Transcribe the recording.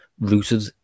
rooted